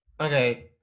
Okay